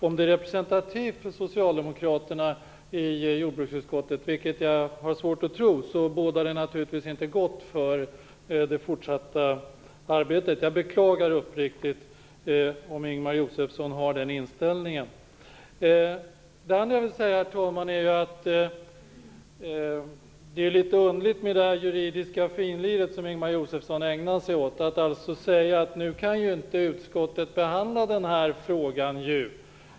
Om det är representativt för socialdemokraterna i jordbruksutskottet - vilket jag har svårt för att tro - bådar detta naturligtvis inte gott för det fortsatta arbetet. Jag beklagar uppriktigt att Ingemar Josefsson har den inställningen. Det är litet underligt med det här juridiska "finliret" som Ingemar Josefsson ägnar sig åt. Han säger att utskottet inte kan behandla frågan.